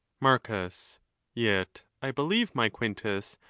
marcus yet i believe, my quintus,